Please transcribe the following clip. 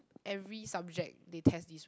every subject they test this